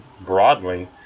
broadly